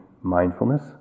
mindfulness